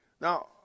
Now